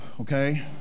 okay